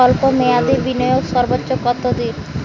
স্বল্প মেয়াদি বিনিয়োগ সর্বোচ্চ কত দিন?